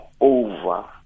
over